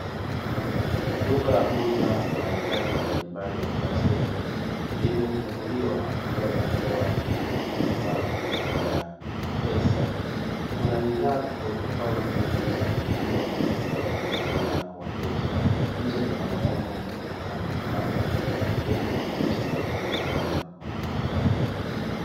Duka la kuuza mahitaji mbalimbali ya kila siku, limefunguliwa likiwa linatoa huduma ya pesa. Kuna bidhaa tofauti tofauti zilizopangwa kwa kuvutia wateja. Nje kuna mwanaume amesimama, pembeni kuna picha ya mtoto pamoja na mmama.